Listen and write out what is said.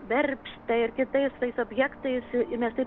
verpste ir kitais tais objektais mes taip